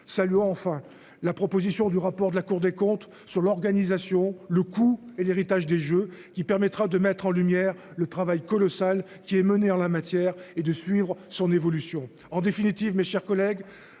Saluons enfin la proposition du rapport de la Cour des comptes sur l'organisation, le coût et l'héritage des Jeux qui permettra de mettre en lumière le travail colossal qui est menée en la matière et de suivre son évolution. En définitive, mes chers collègues,